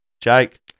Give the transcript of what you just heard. Jake